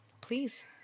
Please